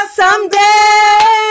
someday